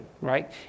right